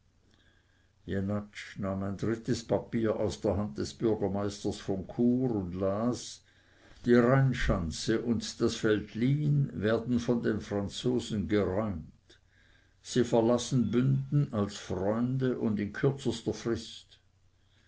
nahm ein drittes papier aus der hand des bürgermeisters von chur und las die rheinschanze und das veltlin werden von den franzosen geräumt sie verlassen bünden als freunde und in kürzester frist